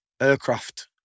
aircraft